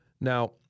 Now